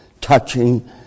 touching